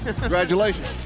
Congratulations